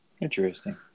Interesting